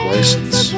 License